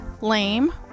lame